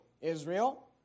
Israel